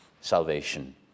salvation